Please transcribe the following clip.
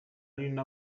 ari